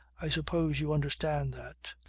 i suppose you understand that.